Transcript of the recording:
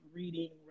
reading